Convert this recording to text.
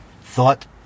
thought